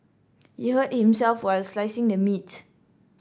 he hurt himself while slicing the meat